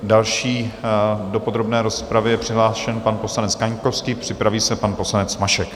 Další do podrobné rozpravy je přihlášen pan poslanec Kaňkovský, připraví se pan poslanec Mašek.